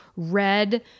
red